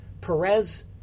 Perez